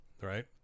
Right